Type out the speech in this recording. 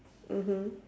mmhmm